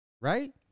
Right